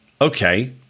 okay